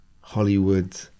Hollywood